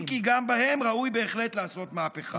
אם כי גם בהם ראוי בהחלט לעשות מהפכה.